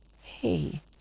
Hey